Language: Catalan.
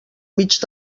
mig